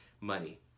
money